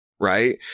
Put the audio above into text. Right